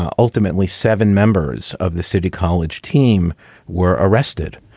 ah ultimately seven members of the city college team were arrested